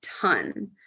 ton